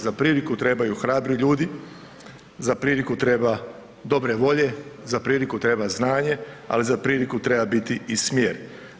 Za priliku trebaju hrabri ljudi, za priliku treba dobre volje, za priliku treba znanje ali za priliku treba biti i smjer.